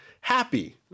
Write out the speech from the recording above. happy